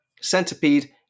Centipede